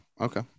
Okay